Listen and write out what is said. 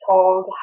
told